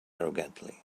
arrogantly